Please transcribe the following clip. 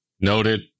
noted